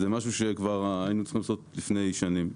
זה משהו שהיינו צריכים לעשות כבר לפני שנים.